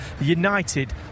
United